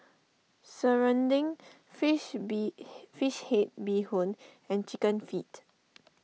Serunding Fish Bee Fish Head Bee Hoon and Chicken Feet